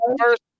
first